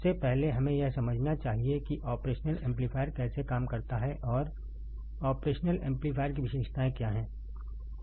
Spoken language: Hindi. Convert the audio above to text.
सबसे पहले हमें यह समझना चाहिए कि ऑपरेशनल एम्पलीफायर कैसे काम करता है और ऑपरेशनल एम्पलीफायर की विशेषताएं क्या हैं